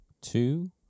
two